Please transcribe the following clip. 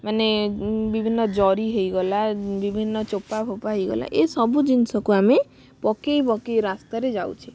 ମାନେ ବିଭିନ୍ନ ଜରି ହେଇଗଲା ବିଭିନ୍ନ ଚୋପା ଫୋପା ହେଇଗଲା ଏ ସବୁ ଜିନିଷକୁ ଆମେ ପକାଇ ପକାଇ ରାସ୍ତାରେ ଯାଉଛେ